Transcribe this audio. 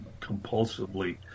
compulsively